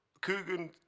Coogan